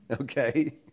Okay